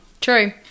True